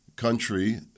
Country